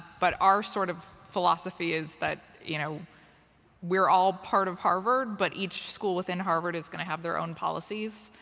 but our sort of philosophy is that you know we're all part of harvard. but each school within harvard is going to have their own policies.